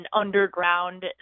underground